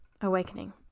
awakening